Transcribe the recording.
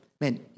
man